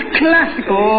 classical